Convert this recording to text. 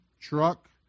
truck